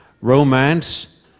romance